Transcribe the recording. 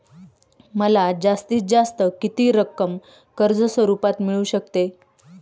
मला जास्तीत जास्त किती रक्कम कर्ज स्वरूपात मिळू शकते?